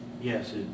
Yes